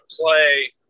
play